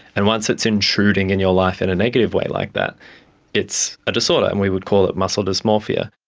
and once it's intruding in your life in a negative way like that it's a disorder and we would call it muscle dysmorphia.